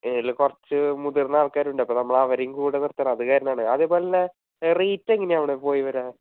ഇതിൽ കുറച്ച് മുതിർന്ന ആൾക്കാരുണ്ട് അപ്പോൾ നമ്മൾ അവരേയും കൂടെ നിർത്തണം അത് കാരണമാണ് അതുപോലെ തന്നെ റേറ്റ് എങ്ങനെയാണ് അവിടെ പോയിവരാൻ